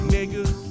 niggas